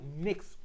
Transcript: mix